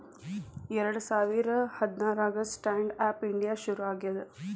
ಎರಡ ಸಾವಿರ ಹದ್ನಾರಾಗ ಸ್ಟ್ಯಾಂಡ್ ಆಪ್ ಇಂಡಿಯಾ ಶುರು ಆಗ್ಯಾದ